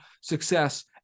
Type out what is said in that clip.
success